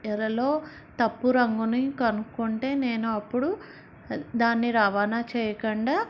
ఎరలో తప్పు రంగుని కనుక్కుంటే నేను అప్పుడు దాన్ని రవాణా చేయకుండా